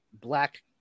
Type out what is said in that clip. black